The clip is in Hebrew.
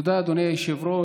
תודה, אדוני היושב-ראש.